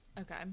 Okay